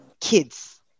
kids